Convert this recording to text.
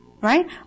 Right